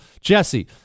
Jesse